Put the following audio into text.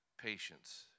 patience